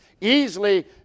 Easily